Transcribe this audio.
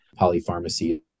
Polypharmacy